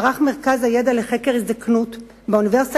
ערך מרכז הידע לחקר ההזדקנות באוניברסיטה